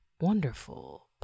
wonderful